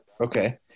Okay